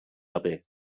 gabe